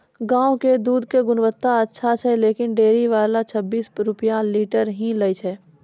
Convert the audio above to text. गांव के दूध के गुणवत्ता अच्छा छै लेकिन डेयरी वाला छब्बीस रुपिया लीटर ही लेय छै?